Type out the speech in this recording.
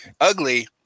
ugly